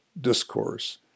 discourse